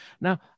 Now